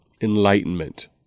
enlightenment